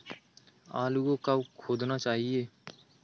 आलू को कब खोदना चाहिए?